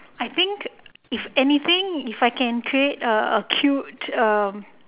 I think if anything if I can create a a cute um